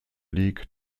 league